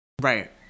right